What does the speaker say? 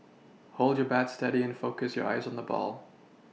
hold your bat steady and focus your eyes on the ball